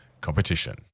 competition